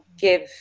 give